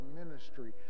ministry